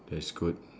that's good